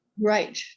Right